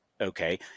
okay